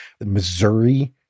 Missouri